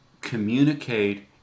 communicate